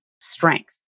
strength